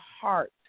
heart